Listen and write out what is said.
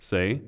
Say